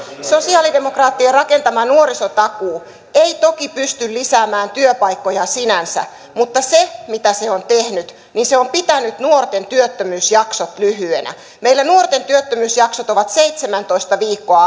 sosialidemokraattien rakentama nuorisotakuu ei toki pysty lisäämään työpaikkoja sinänsä mutta se mitä se on tehnyt niin se on pitänyt nuorten työttömyysjaksot lyhyinä meillä alle kaksikymmentäviisi vuotiaiden nuorten työttömyysjaksot ovat seitsemäntoista viikkoa